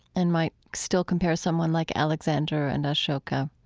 and might still compare someone like alexander and ashoka,